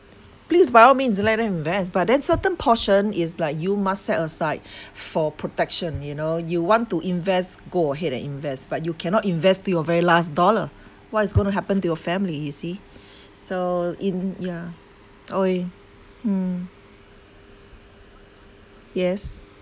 please by all means let them invest but then certain portion is like you must set aside for protection you know you want to invest go ahead and invest but you cannot invest to your very last dollar what is going to happen to your family you see so in yeah mm yes